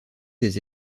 des